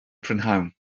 prynhawn